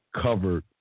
covered